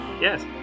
Yes